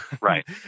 right